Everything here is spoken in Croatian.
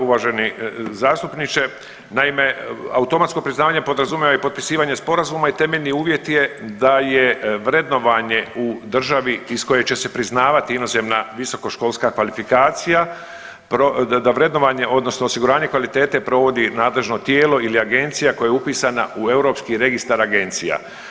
Uvaženi zastupniče, naime automatsko priznavanje podrazumijeva i potpisivanje sporazuma i temeljni uvjet je da je vrednovanje u državi iz koje će se priznavati inozemna visokoškolska kvalifikacija da vrednovanje odnosno osiguranje kvalitete provodi nadležno tijelo ili agencija koja je upisana u Europski registar agencija.